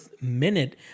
minute